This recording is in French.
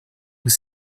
vous